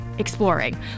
Exploring